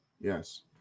Yes